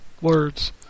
words